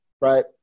right